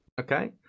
okay